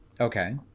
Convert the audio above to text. okay